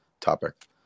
topic